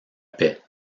paix